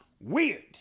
weird